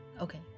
Okay